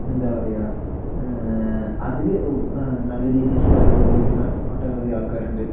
എന്താ പറയുക അതിൽ നല്ല രീതിയ്ക്ക് കഴിവ് തെളിയിക്കുന്ന ഒട്ടനവധി ആൾക്കാരുണ്ട്